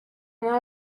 anar